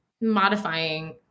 modifying